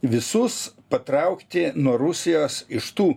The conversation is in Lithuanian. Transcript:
visus patraukti nuo rusijos iš tų